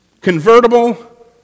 convertible